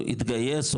או התגייס,